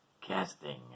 casting